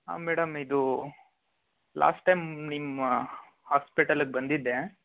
ಆಂ madam ಇದು last time ನಿಮ್ಮ ಹಾಸ್ಪಿಟಲ್ಲಿಗೆ ಬಂದಿದ್ದೆ